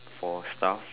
for stuff